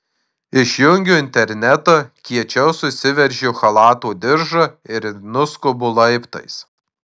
išjungiu internetą kiečiau susiveržiu chalato diržą ir nuskubu laiptais